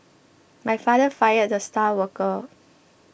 my father fired the star worker